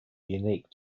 unique